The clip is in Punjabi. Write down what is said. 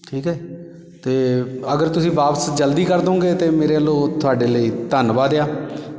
ਠੀਕ ਹੈ ਅਤੇ ਅਗਰ ਤੁਸੀਂ ਵਾਪਸ ਜਲਦੀ ਕਰ ਦੇਵੋਂਗੇ ਤਾਂ ਮੇਰੇ ਵੱਲੋਂ ਤੁਹਾਡੇ ਲਈ ਧੰਨਵਾਦ ਆ